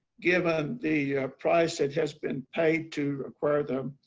given the price that has been paid to acquire them,